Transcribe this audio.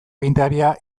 agintaria